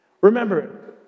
Remember